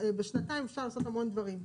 בשנתיים אפשר לעשות המון דברים,